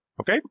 Okay